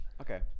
Okay